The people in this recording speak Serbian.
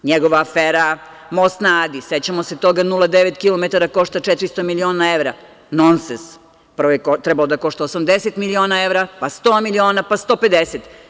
Njegova afera most na Adi, sećamo se tih 0,9 km košta 400 miliona evra, nonsens, projekat je trebao da koša 80 miliona evra, pa 100 miliona evra, pa 150.